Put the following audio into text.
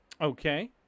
Okay